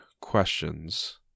questions